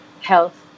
health